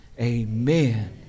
Amen